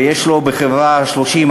ויש לו בחברה 30,